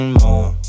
more